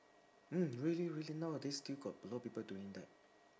mm really really nowadays still got a lot of people doing that